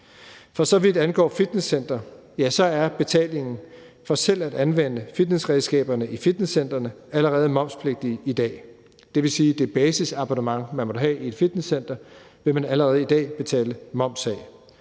For så vidt angår fitnesscentre, er betalingen for selv at anvende fitnessredskaberne i fitnesscentrene allerede momspligtig i dag. Det vil sige, at det basisabonnement, man måtte have i et fitnesscenter, vil man allerede i dag betale moms af.